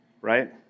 right